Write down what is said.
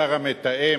השר המתאם,